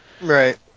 right